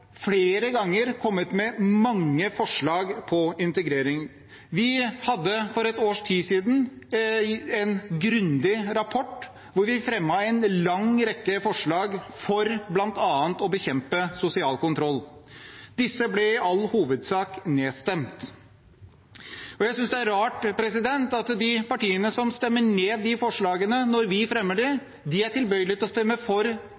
flere ganger kommet med mange forslag om integrering. Vi hadde for ett års tid siden en grundig rapport hvor vi fremmet en lang rekke forslag for bl.a. å bekjempe sosial kontroll. Disse ble i all hovedsak nedstemt. Jeg synes det er rart at de partiene som stemmer ned forslagene når vi fremmer dem, er tilbøyelige til å stemme for